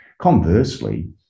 Conversely